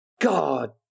God